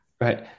Right